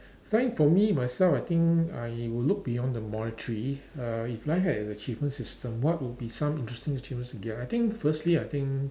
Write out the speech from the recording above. find for me myself I think I would look beyond the monetary uh if life had a achievement system what would be some interesting achievements you'll get I think firstly I think